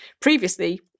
previously